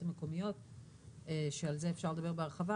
המקומיות שעל זה אפשר לדבר בהרחבה,